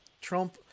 Trump